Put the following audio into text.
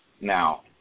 Now